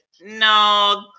No